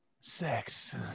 sex